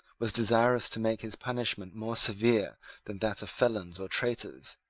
was desirous to make his punishment more severe than that of felons or traitors,